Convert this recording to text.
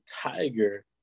Tiger